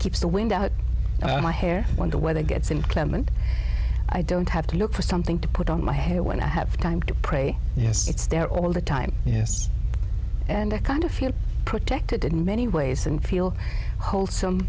keeps the wind out of my hair when the weather gets inclement i don't have to look for something to put on my hair when i have time to pray yes it's there all the time and i kind of feel protected in many ways and feel whole